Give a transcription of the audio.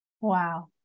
Wow